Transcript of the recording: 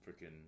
freaking